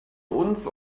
uns